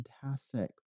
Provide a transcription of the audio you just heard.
fantastic